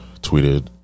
tweeted